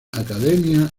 academia